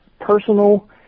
personal